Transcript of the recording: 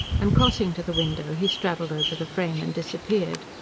and crossing to the window he straddled over the frame, and disappeared.